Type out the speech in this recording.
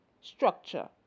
Structure